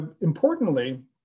importantly